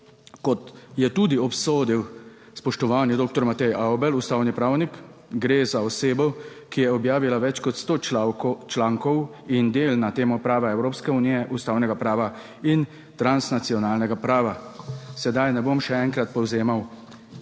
kot je tudi obsodil spoštovani doktor Matej Avbelj, ustavni pravnik. Gre za osebo, ki je objavila več kot sto člankov in del na temo prava Evropske unije, ustavnega prava in transnacionalnega prava. Sedaj ne bom še enkrat povzemal